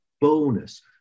bonus